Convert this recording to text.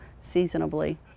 seasonably